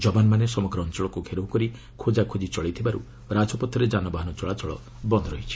ଯବାନମାନେ ସମଗ୍ର ଅଞ୍ଚଳକୁ ଘେରାଉ କରି ଖୋକାଖୋଜି ଚଳାଇଥିବାରୁ ରାଜପଥରେ ଯାନବାହାନ ଚଳାଚଳ ବନ୍ଦ ରହିଛି